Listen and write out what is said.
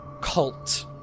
cult